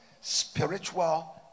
spiritual